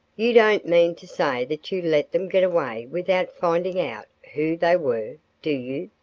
you don't mean to say that you let them get away without finding out who they were, do you?